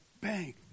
Bang